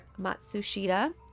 matsushita